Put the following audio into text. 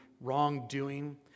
wrongdoing